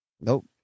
Nope